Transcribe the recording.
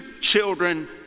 children